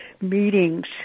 meetings